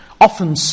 often